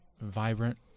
vibrant